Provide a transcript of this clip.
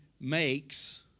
makes